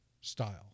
style